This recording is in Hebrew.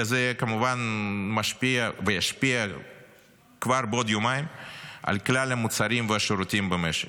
וזה כמובן משפיע וישפיע כבר בעוד יומיים על כלל המוצרים והשירותים במשק.